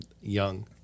young